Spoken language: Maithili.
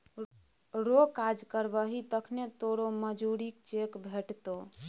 रौ काज करबही तखने न तोरो मजुरीक चेक भेटतौ